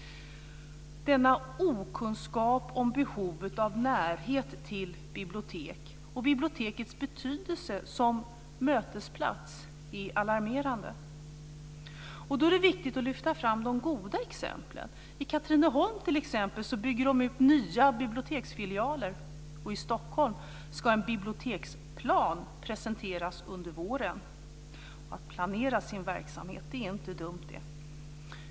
Denna okunskap om behovet av närhet till bibliotek och bibliotekets betydelse som mötesplats är alarmerande. Då är det viktigt att lyfta fram de goda exemplen. I Katrineholm, t.ex., bygger de ut nya biblioteksfilialer, och i Stockholm ska en biblioteksplan presenteras under våren. Att planera sin verksamhet är inte dumt, det.